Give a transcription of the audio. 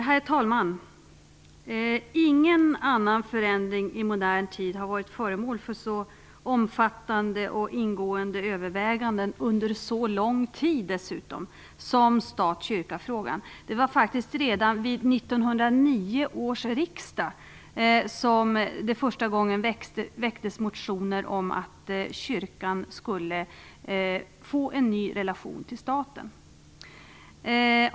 Herr talman! Ingen annan förändring i modern tid har varit föremål för så omfattande och ingående överväganden, dessutom under så lång tid, som statkyrka-frågan. Det var faktiskt redan vid 1909 års riksdag som det första gången väcktes motioner om att kyrkan skulle få en ny relation till staten.